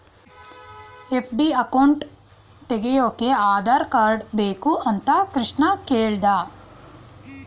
FD account ತೆಗೆಯೋಕೆ Aadhaar card ಬೇಕು ಅಂತ ಕೃಷ್ಣ ಕೇಳ್ದ